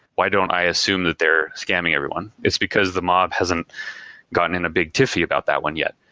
why don't i assume that they're scamming everyone? it's because the mob hasn't gotten in a big tiffy about that one yet,